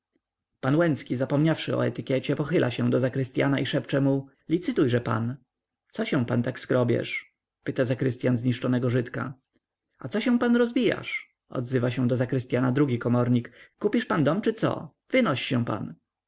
pan łęcki zapomniawszy o etykiecie pochyla się do zakrystyana i szepcze mu licytujże pan co się pan tak skrobiesz pyta zakrystyan zniszczonego żydka a co się pan rozbijasz odzywa się do zakrystyana drugi komornik kupisz pan dom czy co wynoś się pan